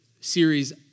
series